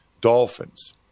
Dolphins